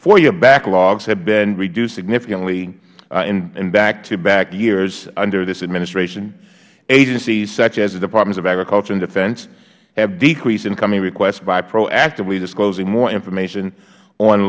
foia backlogs have been reduced significantly in back to back years under this administration agencies such as the departments of agriculture and defense have decreased incoming requests by proactively disclosing more information on